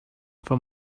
from